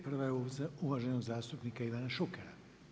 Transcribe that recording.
Prva je uvaženog zastupnika Ivana Šukera.